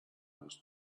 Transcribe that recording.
was